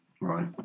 Right